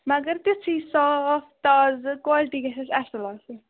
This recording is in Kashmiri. مگر تِژھُے صاف تازٕ کالٹی گژھِ اَسہِ اَصٕل آسٕنۍ